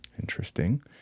Interesting